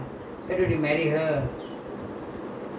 ah ya lah I came back from india